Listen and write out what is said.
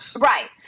Right